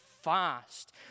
fast